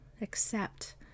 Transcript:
accept